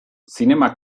zinema